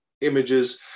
images